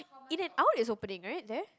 in and Out is opening right there